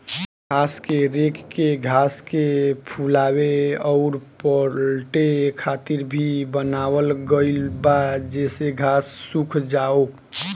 घास के रेक के घास के फुलावे अउर पलटे खातिर भी बनावल गईल बा जेसे घास सुख जाओ